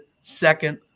second